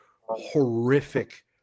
horrific